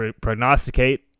prognosticate